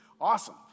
awesome